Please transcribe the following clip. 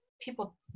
people